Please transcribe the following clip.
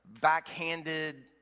backhanded